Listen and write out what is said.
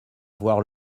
voir